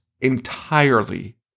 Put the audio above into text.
entirely